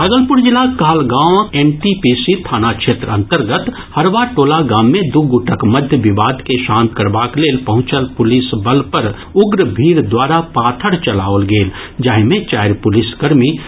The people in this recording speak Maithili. भागलपुर जिलाक कहलगांवक एनटीपीसी थाना क्षेत्र अन्तर्गत हड़वा टोला गाम मे दू गुटक मध्य विवाद के शांत करबाक लेल पहुंचल पुलिस बल पर उग्र भीड़ द्वारा पाथर चलाओल गेल जाहि मे चारि पुलिसकर्मी घायल भऽ गेलाह